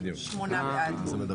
שמונה בעד.